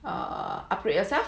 err upgrade yourself